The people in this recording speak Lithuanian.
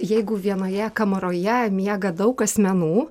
jeigu vienoje kamaroje miega daug asmenų